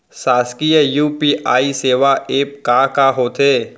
शासकीय यू.पी.आई सेवा एप का का होथे?